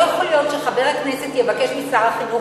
לא יכול להיות שחבר הכנסת יבקש משר החינוך